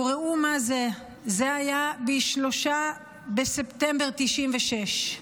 וראו מה זה, זה היה ב-3 בספטמבר 1996,